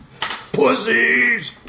Pussies